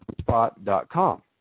spot.com